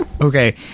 okay